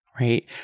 right